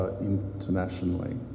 internationally